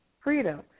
freedom